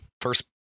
first